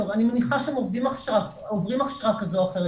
אני מניחה שהם עוברים הכשרה כזאת או אחרת,